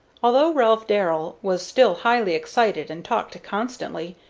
although ralph darrell was still highly excited and talked constantly,